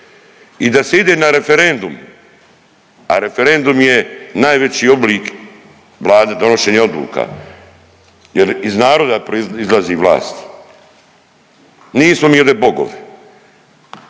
I da se ide na referendum, a referendum je najveći oblik donošenja odluka, jer iz naroda proizlazi vlast. Nismo mi ovdje bogovi!